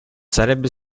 sarebbe